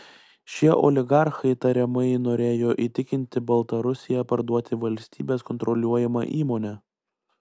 šie oligarchai tariamai norėjo įtikinti baltarusiją parduoti valstybės kontroliuojamą įmonę